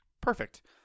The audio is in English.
Perfect